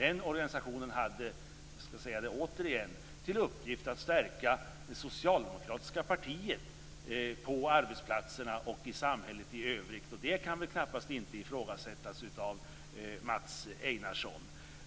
Den organisationen hade - jag skall säga det återigen - till uppgift att stärka det socialdemokratiska partiet på arbetsplatserna och i samhället i övrigt. Det kan knappast ifrågasättas av Mats Einarsson.